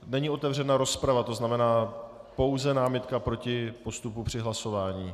Není otevřena rozprava, tzn. pouze námitka proti postupu při hlasování.